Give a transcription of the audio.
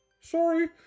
Sorry